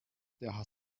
der